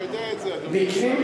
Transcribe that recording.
אתה יודע את זה, אדוני השר.